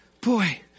boy